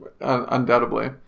undoubtedly